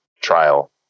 trial